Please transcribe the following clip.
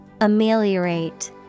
Ameliorate